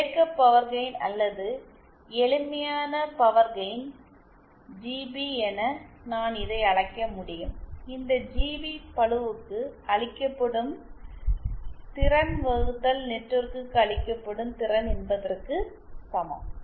இயக்க power gain அல்லது எளிமையான பவர் கெயின் ஜிபி என நான் இதை அழைக்க முடியும் இந்த ஜிபி பளுவுக்கு அளிக்கப்படும் திறன் வகுத்தல் நெட்வொர்க்கிற்கு அளிக்கப்படும் திறன் என்பதற்கு சமம்